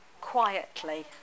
quietly